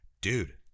Dude